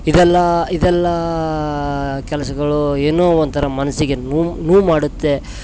ಇದೆಲ್ಲಾ ಇದೆಲ್ಲಾ ಕೆಲಸಗಳು ಏನೋ ಒಂಥರ ಮನಸ್ಸಿಗೆ ನೋವು ನೋವು ಮಾಡುತ್ತೆ